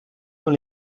dans